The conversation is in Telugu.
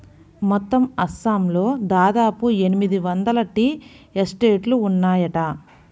మొత్తం అస్సాంలో దాదాపు ఎనిమిది వందల టీ ఎస్టేట్లు ఉన్నాయట